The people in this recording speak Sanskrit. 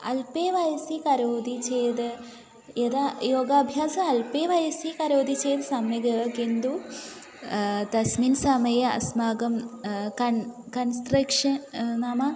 अल्पे वयसि करोदि चेद् यदा योगाभ्यास अल्पे वयसि करोदि चेद् सम्यगेव किन्तु तस्मिन् समये अस्माकं कन् कन्स्ट्रक्षन् नाम